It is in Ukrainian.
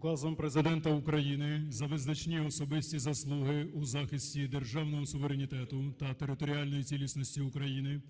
Указом Президента України за визначні особисті заслуги у захисті державного суверенітету та територіальної цілісності України,